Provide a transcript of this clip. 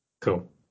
Cool